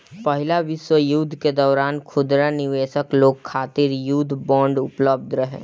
पहिला विश्व युद्ध के दौरान खुदरा निवेशक लोग खातिर युद्ध बांड उपलब्ध रहे